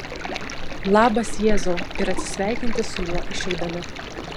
labas jėzau ir atsisveikinti su juo išeidami